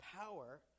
power